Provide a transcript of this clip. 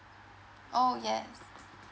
oh yes